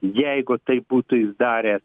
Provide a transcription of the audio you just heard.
jeigu taip būtų jis daręs